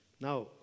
now